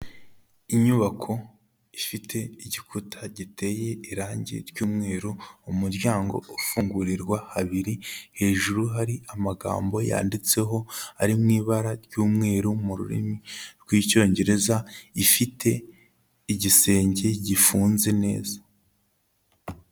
Inyubako ifite igikuta giteye irange ry'mweru, umuryango ufungurirwa habiri, hejuru hari amagambo yanditseho ari mu ibara ry'umweru mu rurimi rw'Icyongereza, ifite igisenge gifunze neza.